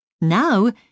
Now